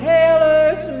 Taylor's